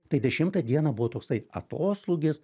tai dešimtą dieną buvo toksai atoslūgis